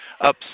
up